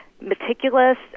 meticulous